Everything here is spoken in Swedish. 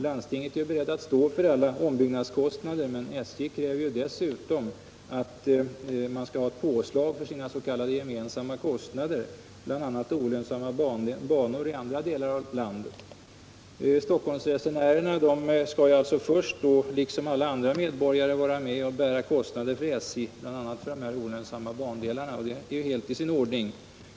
Landstinget är berett att stå för alla ombyggnadskostnader, men SJ kräver dessutom att man skall ha påslag för sina s.k. gemensamma kostnader, bl.a. olönsamma banor i andra delar av landet. Stockholmsresenärerna skall alltså först, liksom alla andra medborgare, vara med och bära kostnader för SJ, bl.a. för dessa olönsamma bandelar, och det är ju helt i sin ordning.